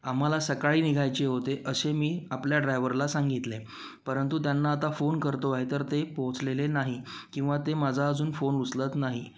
आम्हाला सकाळी निघायचे होते असे मी आपल्या ड्रायव्हरला सांगितले परंतु त्यांना आता फोन करतो आहे तर ते पोहोचलेले नाही किंवा ते माझा अजून फोन उचलत नाही